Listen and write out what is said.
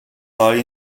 bali